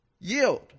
Yield